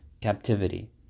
captivity